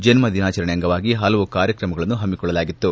ಜನ್ಮ ದಿನಾಚರಣೆ ಅಂಗವಾಗಿ ಹಲವು ಕಾರ್ಯಕ್ರಮಗಳನ್ನು ಹಮ್ಮಿಕೊಳ್ಳಲಾಗಿದ್ದು